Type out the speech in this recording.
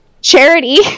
Charity